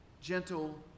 gentle